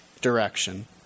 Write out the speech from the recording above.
direction